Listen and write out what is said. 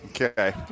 Okay